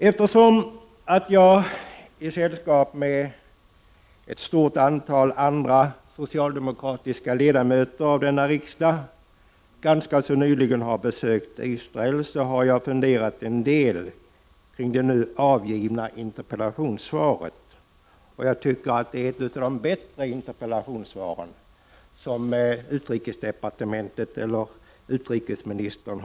Eftersom jag i sällskap med ett stort antal andra socialdemokratiska ledamöter av denna riksdag ganska nyligen besökte Israel, har jag funderat en del kring det nu avgivna interpellationssvaret. Jag tycker att det är ett av de bättre interpellationssvaren som har presenterats inför kammaren av utrikesministern.